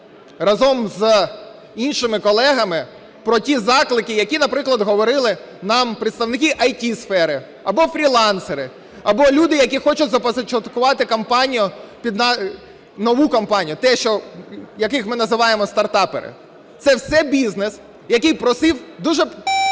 разом з іншими колегами, про ті заклики, які, наприклад, говорили нам представники ІТ-сфери або фрілансери, або люди, які хочуть започаткувати нову компанію, яких ми називаємо стартапери. Це все бізнес, який просив дуже просту